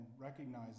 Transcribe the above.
recognize